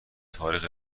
تاریخ